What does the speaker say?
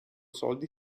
soldi